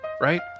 right